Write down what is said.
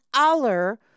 aller